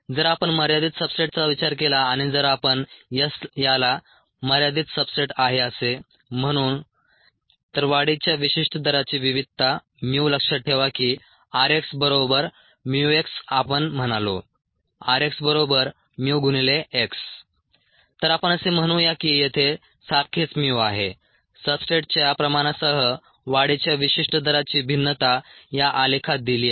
जर आपण मर्यादित सब्सट्रेटचा विचार केला आणि जर आपण S याला मर्यादित सब्सट्रेट आहे असे म्हणू तर वाढीच्या विशिष्ट दराची विविधता mu लक्षात ठेवा की r x बरोबर mu x आपण म्हणालो rxμx तर आपण असे म्हणूया की येथे सारखेच mu आहे सब्सट्रेटच्या प्रमाणासह वाढीच्या विशिष्ट दराची भिन्नता या आलेखात दिली आहे